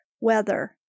weather